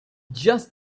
just